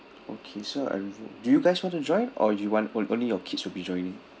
okay so every~ do you guys want to join or you want on~ only your kids will be joining